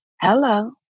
hello